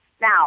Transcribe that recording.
Now